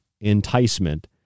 enticement